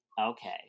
Okay